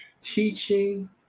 teaching